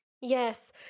Yes